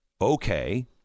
Okay